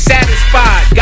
Satisfied